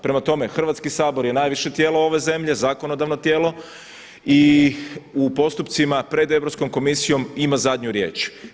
Prema tome, Hrvatski sabor je najviše tijelo ove zemlje, zakonodavno tijelo i u postupcima pred Europskom komisijom ima zadnju riječ.